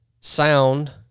sound